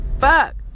fuck